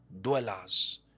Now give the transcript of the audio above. dwellers